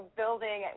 building